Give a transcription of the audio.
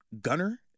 gunner